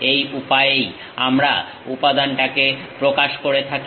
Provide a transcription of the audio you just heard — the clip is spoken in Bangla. এই উপায়েই আমরা উপাদানটাকে প্রকাশ করে থাকি